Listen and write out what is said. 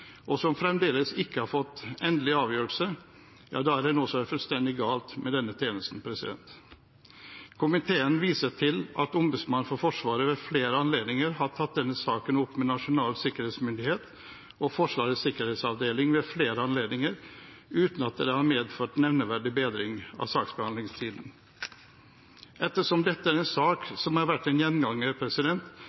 og som fremdeles ikke har fått endelig avgjørelse, er det noe som er fullstendig galt med denne tjenesten. Komiteen viser til at Ombudsmannen for Forsvaret ved flere anledninger har tatt denne saken opp med Nasjonal sikkerhetsmyndighet og Forsvarets sikkerhetsavdeling, uten at det har medført nevneverdig bedring av saksbehandlingstiden. Ettersom dette er en sak som har vært en gjenganger,